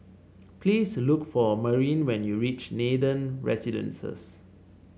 please look for Marin when you reach Nathan Residences